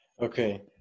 Okay